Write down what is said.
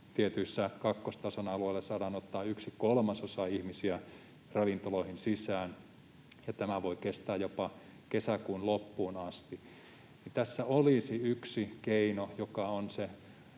tietyillä kakkostason alueilla saadaan ottaa yksi kolmasosa ihmisiä ravintoloihin sisään ja tämä voi kestää jopa kesäkuun loppuun asti. Tässä olisi yksi keino, joka on se